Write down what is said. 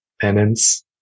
penance